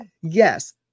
Yes